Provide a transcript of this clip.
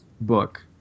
book